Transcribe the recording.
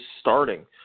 starting